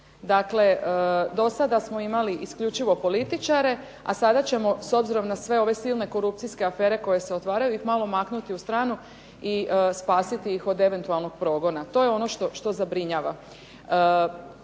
Dakle, dosada smo imali isključivo političare, a sada ćemo, s obzirom na sve ove silne korupcijske afere koje se otvaraju ih malo maknuti u stranu i spasiti ih od eventualnog progona, to je ono što zabrinjava.